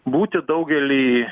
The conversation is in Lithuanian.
būti daugely